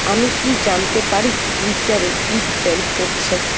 আমি কি জানতে পারি টুইটারে কী ট্রেন্ড করছে